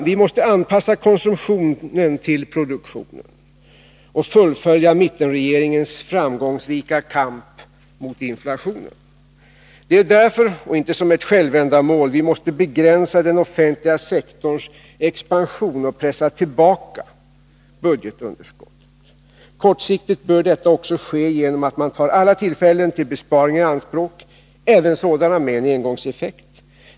Vi måste anpassa konsumtionen till produktionen och fullfölja mittenregeringens framgångsrika kamp mot inflationen. Det är därför, och inte som ett självändamål, vi måste begränsa den offentliga sektorns expansion och pressa tillbaka budgetunderskottet. Kortsiktigt bör detta också ske genom att man tar alla tillfällen till besparingar i anspråk, även sådana med engångseffekt.